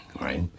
right